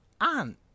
Ant